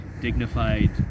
dignified